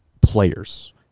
players